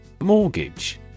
Mortgage